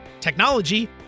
technology